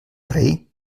rei